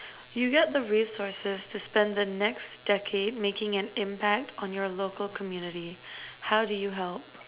you get the resources to spend the next decade making an impact on your local community how do you help